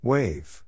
Wave